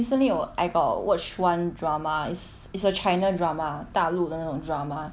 recently I got watch one drama is is a china drama 大陆的那种 drama